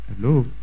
Hello